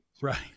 Right